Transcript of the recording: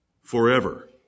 forever